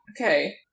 Okay